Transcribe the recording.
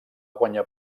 guanyar